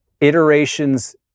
iterations